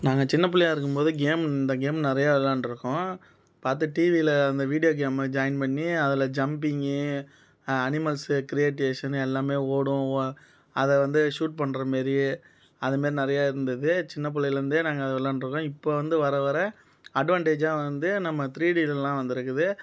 நாங்கள் சின்ன பிள்ளையா இருக்கும் போது கேம் இந்த கேம் நிறைய விளையாண்டு இருக்கோம் பார்த்து டிவியில் அந்த வீடியோ கேம் ஜாயின் பண்ணி அதில் ஜம்பிங் அனிமல்ஸ் கிரியேட்டேசான் எல்லாமே ஓடும் அதை வந்து சூட் பண்ணற மாரி அதுமாதிரி நிறையா இருந்தது சின்ன பிள்ளைல இருந்தே நாங்கள் நிறைய விளையாண்டு இருக்கோம் இப்போது வந்து வர வர அட்வான்டேஜ்ஜாக வந்து நம்ம த்ரீ டி இதெல்லா வந்து இருக்குது